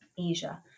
Asia